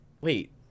wait